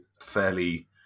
fairly